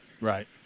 Right